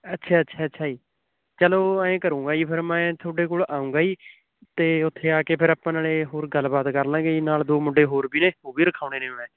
ਅੱਛਾ ਅੱਛਾ ਅੱਛਾ ਜੀ ਚਲੋ ਐਂ ਕਰੂੰਗਾ ਜੀ ਫਿਰ ਮੈਂ ਤੁਹਾਡੇ ਕੋਲ ਆਊਂਗਾ ਜੀ ਅਤੇ ਉੱਥੇ ਆ ਕੇ ਫਿਰ ਆਪਾਂ ਨਾਲੇ ਹੋਰ ਗੱਲਬਾਤ ਕਰ ਲਵਾਂਗੇ ਜੀ ਨਾਲ ਦੋ ਮੁੰਡੇ ਹੋਰ ਵੀ ਨੇ ਉਹ ਵੀ ਰਖਵਾਉਣੇ ਨੇ ਮੈਂ